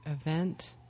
Event